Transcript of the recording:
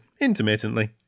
intermittently